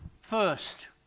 first